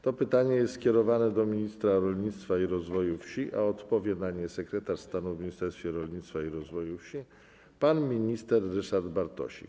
To pytanie jest skierowane do ministra rolnictwa i rozwoju wsi, a odpowie na nie sekretarz stanu w Ministerstwie Rolnictwa i Rozwoju Wsi pan minister Ryszard Bartosik.